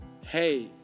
hey